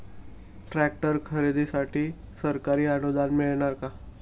Tractor खरेदीसाठी सरकारी अनुदान मिळणार का?